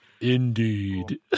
Indeed